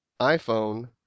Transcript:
iPhone